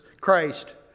Christ